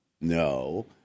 No